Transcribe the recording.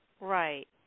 Right